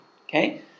Okay